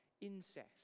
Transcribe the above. incest